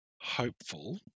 hopeful